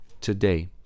today